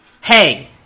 Hey